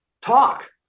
talk